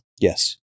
Yes